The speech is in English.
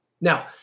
Now